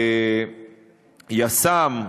יס"מ,